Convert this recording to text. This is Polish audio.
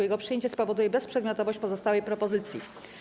Jego przyjęcie spowodowuje bezprzedmiotowość pozostałej propozycji.